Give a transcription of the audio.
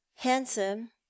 handsome